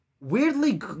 weirdly